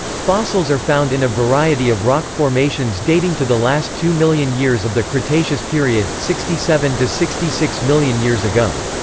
fossils are found in a variety of rock formations dating to the last two million years of the cretaceous period, sixty seven to sixty six million years ago.